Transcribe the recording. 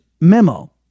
memo